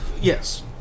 Yes